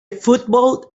football